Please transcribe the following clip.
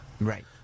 Right